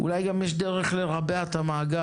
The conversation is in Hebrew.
ואולי גם יש דרך לרבע את המעגל.